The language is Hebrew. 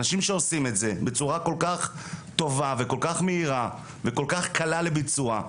אנשים שעושים את זה בצורה כל כך טובה וכל כך מהירה וכל כך קלה לביצוע.